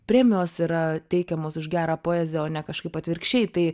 premijos yra teikiamos už gerą poeziją o ne kažkaip atvirkščiai tai